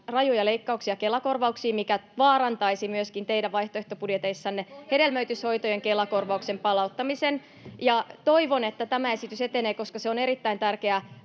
rajuja leikkauksia Kela-korvauksiin, mikä vaarantaisi myöskin teidän vaihtoehtobudjeteissanne hedelmöityshoitojen Kela-korvauksen palauttamisen. Toivon, että tämä esitys etenee, koska se on erittäin tärkeää